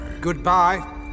Goodbye